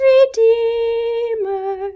Redeemer